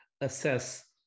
assess